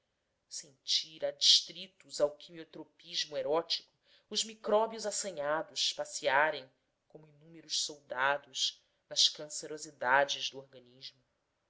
sentir adstritos ao quimiotropismo erótico os micróbios assanhados passearem como inúmeros soldados nas cancerosidades do organismo